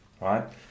right